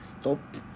stop